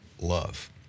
love